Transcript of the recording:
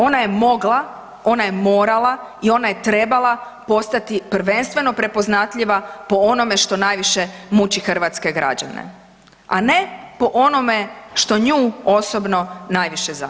Ona je mogla, ona je morala i ona je trebala postati prvenstveno prepoznatljiva po onome što najviše muči hrvatske građane, a ne po onome što nju osobno najviše zanima.